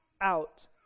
out